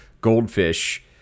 goldfish